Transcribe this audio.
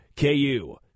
KU